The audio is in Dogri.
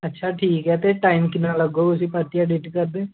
अच्छा ठीक ऐ ते उसी टाईम किन्ना लग्गग परतियै एडिट करने गी ते